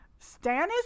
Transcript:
Stannis